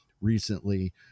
Recently